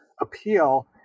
appeal